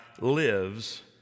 lives